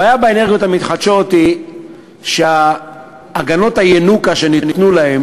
הבעיה באנרגיות המתחדשות היא שהגנות הינוקא שניתנו להן